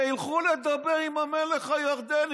שילכו לדבר עם המלך הירדני?